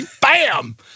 bam